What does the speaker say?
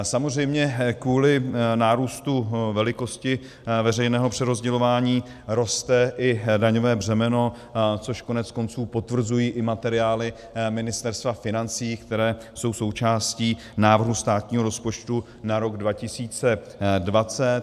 Samozřejmě kvůli nárůstu velikosti veřejného přerozdělování roste i daňové břemeno, což koneckonců potvrzují i materiály Ministerstva financí, které jsou součástí návrhu státního rozpočtu na rok 2020.